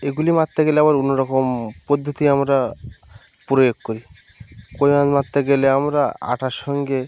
এগুলি মারতে গেলে আবার অন্য রকম পদ্ধতি আমরা প্রয়োগ করি কই মাছ মারতে গেলে আমরা আটার সঙ্গে